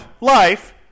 life